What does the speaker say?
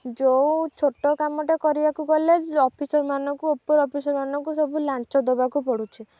ଯେଉଁ ଛୋଟ କାମଟେ କରିବାକୁ ଗଲେ ଅଫିସର୍ମାନଙ୍କୁ ଉପର ଅଫିସର୍ମାନଙ୍କୁ ସବୁ ଲାଞ୍ଚ ଦେବାକୁ ପଡ଼ୁଛି